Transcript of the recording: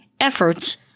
efforts